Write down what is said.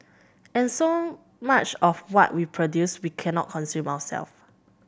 and so much of what we produce we cannot consume ourselves